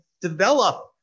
develop